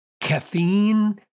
caffeine